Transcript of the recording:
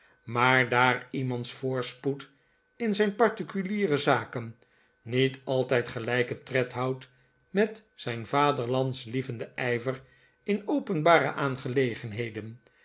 maar daar iemands voorspoed in zijn particuliere zaken niet altij d gelijken tred houdt met zijn vaderlandslievenden ijver in openbare aangelegenheden